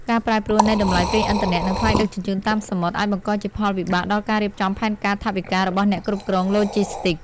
ការប្រែប្រួលនៃតម្លៃប្រេងឥន្ធនៈ និងថ្លៃដឹកជញ្ជូនតាមសមុទ្រ អាចបង្កជាផលវិបាកដល់ការរៀបចំផែនការថវិការបស់អ្នកគ្រប់គ្រងឡូជីស្ទីក។